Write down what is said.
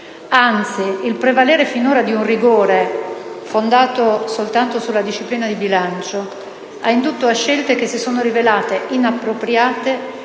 Anzi, il prevalere finora di un rigore fondato soltanto sulla disciplina di bilancio ha indotto a scelte che si sono rivelate inappropriate